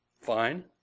fine